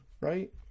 right